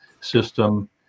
system